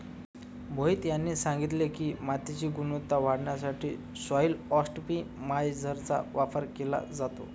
मोहित यांनी सांगितले की, मातीची गुणवत्ता वाढवण्यासाठी सॉइल ऑप्टिमायझरचा वापर केला जातो